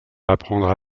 apprendre